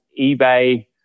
eBay